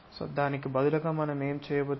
దానికి బదులుగా మనం ఏమి చేయవచ్చు